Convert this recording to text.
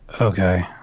Okay